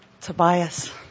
Tobias